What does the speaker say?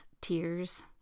tears